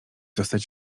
zostać